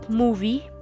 movie